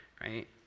right